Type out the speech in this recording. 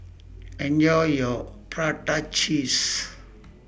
Enjoy your Prata Cheese